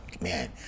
Man